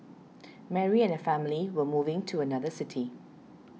Mary and her family were moving to another city